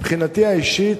מבחינתי האישית,